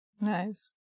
nice